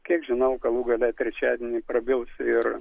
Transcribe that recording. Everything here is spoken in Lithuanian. kiek žinau galų gale trečiadienį prabils ir